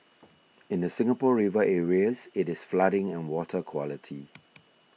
in the Singapore River areas it is flooding and water quality